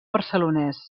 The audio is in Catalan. barcelonès